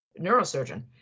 neurosurgeon